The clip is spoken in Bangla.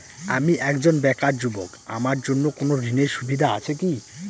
আমি একজন বেকার যুবক আমার জন্য কোন ঋণের সুবিধা আছে কি?